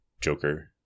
Joker